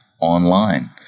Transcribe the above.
online